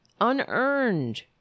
unearned